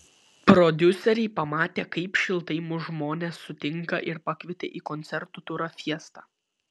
prodiuseriai pamatė kaip šiltai mus žmonės sutinka ir pakvietė į koncertų turą fiesta